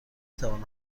توانم